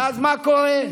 ואז, מה קורה?